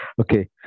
Okay